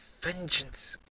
vengeance